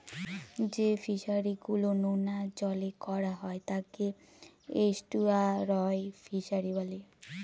যে ফিশারি গুলো নোনা জলে করা হয় তাকে এস্টুয়ারই ফিশারি বলে